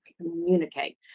communicate